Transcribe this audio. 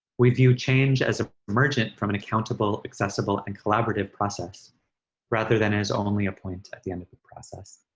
we view change as ah emergent from an accountable accessible and collaborative process rather than as only a point at the end of the process.